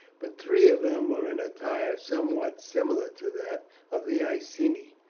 but three of them were in attire somewhat similar to that of the iceni.